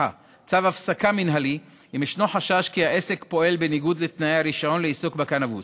שהעסק פועל בניגוד לתנאי הרישיון לעיסוק בקנבוס